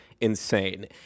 insane